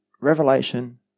revelation